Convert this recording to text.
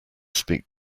speak